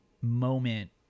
moment